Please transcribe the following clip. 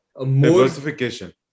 diversification